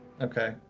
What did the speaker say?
Okay